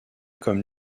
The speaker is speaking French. comme